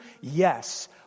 Yes